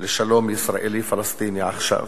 לשלום ישראלי פלסטיני עכשיו.